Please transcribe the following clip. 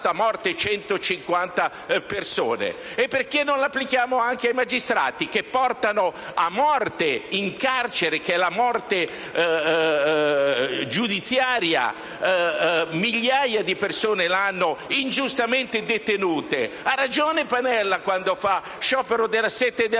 lampante. Ma perché non la applichiamo anche ai magistrati, che portano a morte in carcere, che è la morte giudiziaria, migliaia di persone ogni anno ingiustamente detenute? Ha ragione Pannella quando fa lo sciopero della sete e della